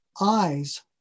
eyes